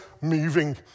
moving